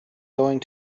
going